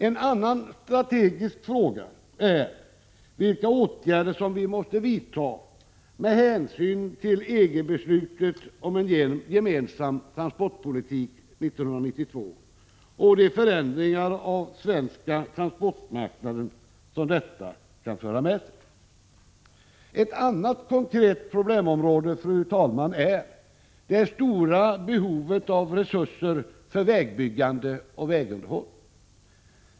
En annan strategisk fråga är vilka åtgärder som vi måste vidta med hänsyn till EG-beslutet om en gemensam transportpolitik 1992 och de förändringar av svenska transportmarknaden som detta kan föra med sig. Ett annat konkret problemområde, fru talman, är det stora behovet av resurser för vägbyggande och vägunderhåll.